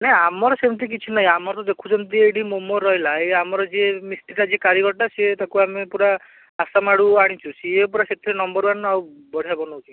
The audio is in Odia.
ନା ଆମର ସେମିତି କିଛି ନାଇଁ ଆମର ଦେଖୁଛନ୍ତି ଏଇଠି ମୋମୋ ରହିଲା ଏଇ ଆମର ଯିଏ ମିସ୍ତ୍ରୀ ଟା ଯିଏ କାରିଗରଟା ସିଏ ତା'କୁ ଆମେ ପୂରା ଆସାମ୍ ଆଡ଼ୁ ଆଣିଛୁ ସିଏ ପୂରା ସେଥିରେ ନମ୍ବର୍ ୱାନ୍ ଆଉ ବଢ଼ିଆ ବନଉଛି